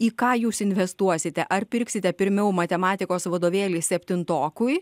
į ką jūs investuosite ar pirksite pirmiau matematikos vadovėlį septintokui